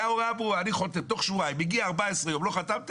הייתה הוראה ברורה מגיעים 14 יום ולא חתמת